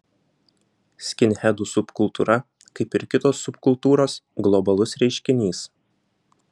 skinhedų subkultūra kaip ir kitos subkultūros globalus reiškinys